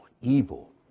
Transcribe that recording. evil